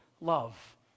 love